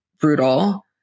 brutal